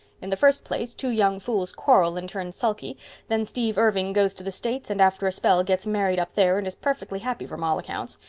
in the first place two young fools quarrel and turn sulky then steve irving goes to the states and after a spell gets married up there and is perfectly happy from all accounts.